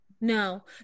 no